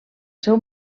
seu